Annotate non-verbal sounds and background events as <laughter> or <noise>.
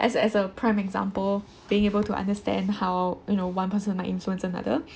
as as a prime example being able to understand how you know one person might influence another <breath>